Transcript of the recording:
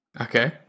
Okay